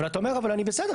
אבל אתה אומר אבל אני בסדר,